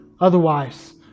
Otherwise